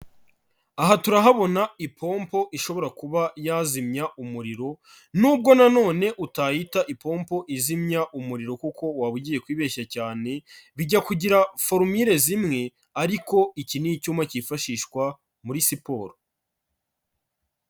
Aha turahabona ipompo ishobora kuba yazimya umuriro, nubwo nanone utayita ipompo izimya umuriro kuko waba ugiye kwibeshya cyane, bijya kugira forumire zimwe ariko iki ni icyuma cyifashishwa muri siporo.